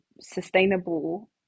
sustainable